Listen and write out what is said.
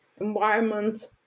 environment